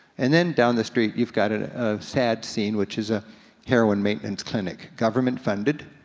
and then down the street you've got a sad scene, which is a heroine maintenance clinic, government funded,